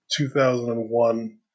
2001